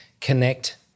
connect